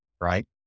right